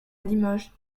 limoges